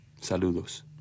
Saludos